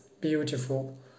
beautiful